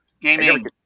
gaming